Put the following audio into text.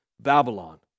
Babylon